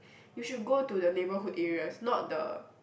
you should go to the neighbourhood areas not the